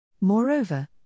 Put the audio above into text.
Moreover